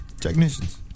technicians